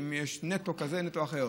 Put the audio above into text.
אם יש נטו כזה או נטו אחר.